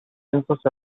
existence